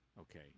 Okay